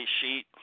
sheet